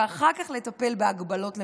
ואחר כך לטפל בהגבלות למיניהן.